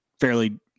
fairly